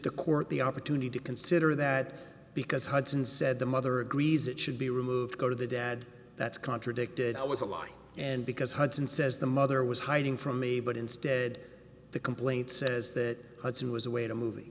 the court the opportunity to consider that because hudson said the mother agrees it should be removed go to the dad that's contradicted i was alive and because hudson says the mother was hiding from me but instead the complaint says that it was a way to movie